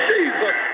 Jesus